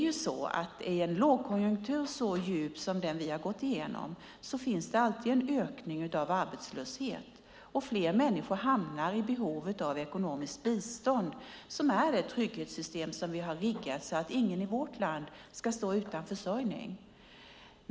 Om en lågkonjunktur är så djup som den vi har gått igenom finns det alltid en ökning av arbetslöshet, och fler människor hamnar i behov av ekonomiskt bistånd, som är det trygghetssystem vi har riggat för att ingen i vårt land ska stå utan försörjning.